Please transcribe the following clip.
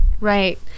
Right